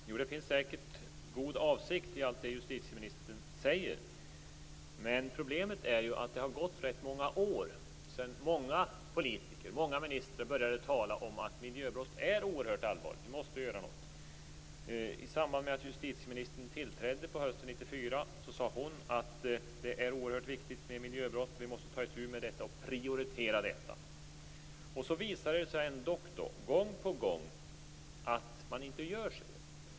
Fru talman! Det finns säkert en god avsikt med allt det justitieministern säger, men problemet är ju att det har gått ganska många år sedan många politiker och ministrar började tala om att miljöbrott är oerhört allvarligt och att vi måste göra något. I samband med att justitieministern tillträdde på hösten 1994 sade hon att det är oerhört viktigt med miljöbrott och att vi måste ta itu med detta och prioritera detta. Sedan visar det sig ändå gång på gång att man inte gör så.